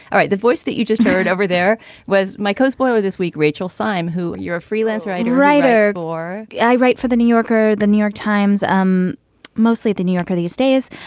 all right. the voice that you just heard over there was miko's boileau this week, rachel syme, who you're a freelance writer writer or i write for the new yorker, the new york times um mostly the new yorker these days.